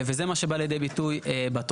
וזה מה שבא לידי ביטוי בתוספת.